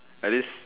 like this